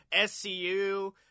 SCU